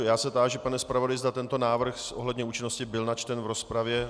Já se táži, pane zpravodaji, zda tento návrh ohledně účinnosti byl načten v rozpravě.